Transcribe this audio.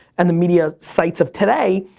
and the media sites of today,